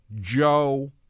Joe